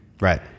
Right